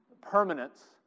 Permanence